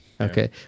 Okay